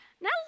Now